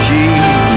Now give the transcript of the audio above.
Keep